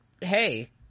hey